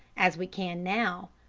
as we can now.